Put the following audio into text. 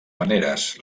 maneres